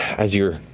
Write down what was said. as you're